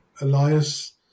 Elias